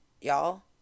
Y'all